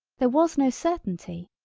there was no certainty.